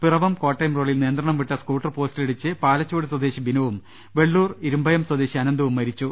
പിറവം കോട്ടയം റോഡിൽ നിയന്ത്രണം വിട്ട സ്കൂട്ടർ പോസ്റ്റിലിടിച്ച് പാലച്ചുവട് സ്വദേശി ബിനുവും വെള്ളൂർ ഇരുമ്പയ്ം സ്വദേശി അനന്തുവും മരിച്ചു